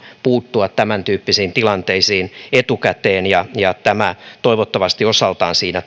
puuttua tämäntyyppisiin tilanteisiin etukäteen ja ja tämä toivottavasti osaltaan siinä